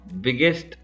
biggest